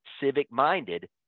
civic-minded